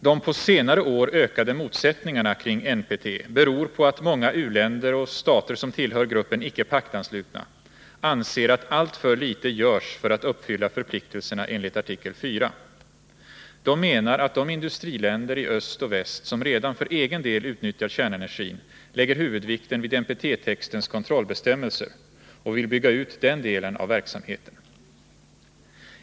De på senare år ökade motsättningarna kring NPT beror på att många u-länder och stater som tillhör gruppen icke paktanslutna anser att alltför litet görs för att uppfylla förpliktelserna enligt artikel 4. De menar att de industriländer i öst och väst som redan för egen del utnyttjar kärnenergin lägger huvudvikten vid NPT-textens kontrollbestämmelser och vill bygga ut den delen av verksamheten.